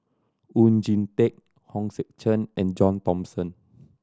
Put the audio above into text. Oon Jin Teik Hong Sek Chern and John Thomson